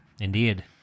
Indeed